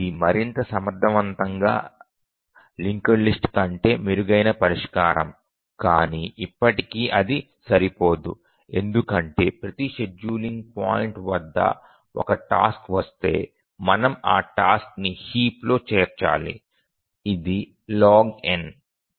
ఇది మరింత సమర్థవంతంగా లింక్డ్ లిస్ట్ కంటే మెరుగైన పరిష్కారం కానీ ఇప్పటికీ అది సరిపోదు ఎందుకంటే ప్రతి షెడ్యూలింగ్ పాయింట్ వద్ద ఒక టాస్క్ వస్తే మనము ఆ టాస్క్ ని హీప్లో చేర్చాలి ఇది log